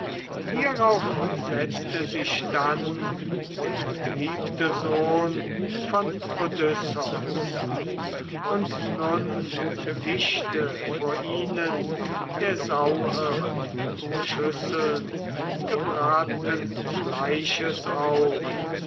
hierauf setzte sich dann der geliebte sohn von odysseus und nun tischte vor ihnen der sauhirt schüsseln gebratnen fleisches auf